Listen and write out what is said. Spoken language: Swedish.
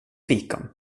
fikon